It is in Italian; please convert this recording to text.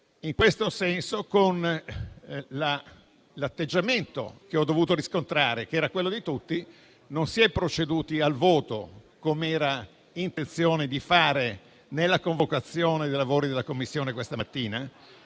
In questo senso, con l'atteggiamento che ho dovuto riscontrare che era quello di tutti, non si è proceduti al voto, com'era intenzione fare nella convocazione dei lavori della Commissione questa mattina.